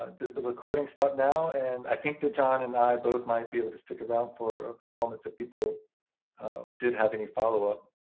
ah does the recording stop now? and i think that john and i both might be able to stick around for a few moments if people did have any follow up.